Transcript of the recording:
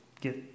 get